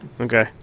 Okay